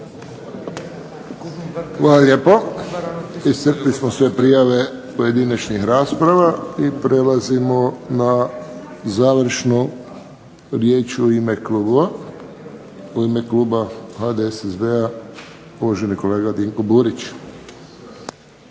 Hvala lijepo. Iscrpili smo sve prijave pojedinačnih rasprava. Prelazimo na završnu riječ u ime klubova. U ime kluba HDSSB-a uvaženi kolega Dinko Burić.